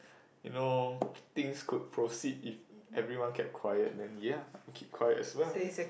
you know things could proceed if everyone kept quiet then ya I'll keep quiet as well